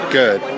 good